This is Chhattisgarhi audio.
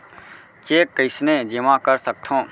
चेक कईसने जेमा कर सकथो?